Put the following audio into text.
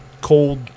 cold